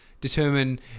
determine